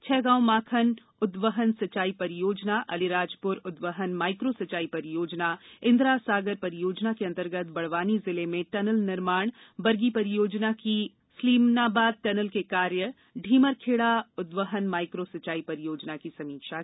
छैगांवमाखन उद्वहन सिंचाई परियोजना आलीराजपुर उद्वहन माइक्रो सिंचाई परियोजना इंदिरा सागर परियोजना के अंतर्गत बड़वानी जिले में टनल निर्माण बरगी परियोजना की स्लीमनाबाद टनल के कार्य ढ़ीमरखेड़ा उद्वहन माइक्रो सिंचाई परियोजना की समीक्षा की गई